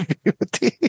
beauty